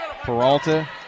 Peralta